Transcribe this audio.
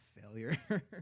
failure